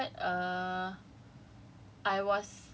and then fast forward err